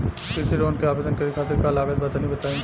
कृषि लोन के आवेदन करे खातिर का का लागत बा तनि बताई?